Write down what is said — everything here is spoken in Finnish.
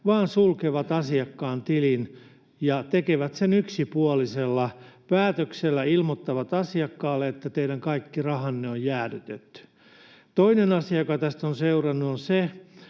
vaan sulkevat asiakkaan tilin ja tekevät sen yksipuolisella päätöksellä — ilmoittavat asiakkaalle, että teidän kaikki rahanne on jäädytetty. Toinen asia, joka tästä on seurannut, on se,